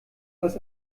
was